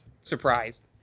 surprised